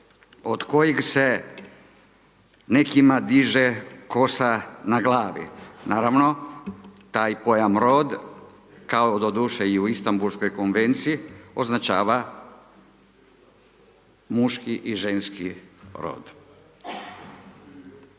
od kojeg se nekima diže kosa na glavi, naravno taj pojam rod kao doduše i u Istambulskoj konvenciji označava muški i ženski rod.